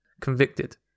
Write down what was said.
convicted